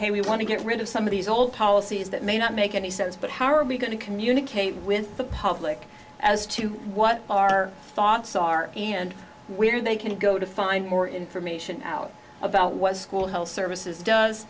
ok we want to get rid of some of these old policies that may not make any sense but how are we going to communicate with the public as to what our thoughts are and where they can go to find more information out about was school health services does